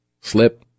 Slip